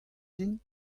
din